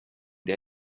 der